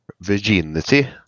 Virginity